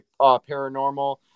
Paranormal